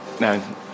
No